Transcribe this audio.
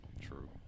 True